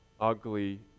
ugly